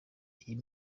iyi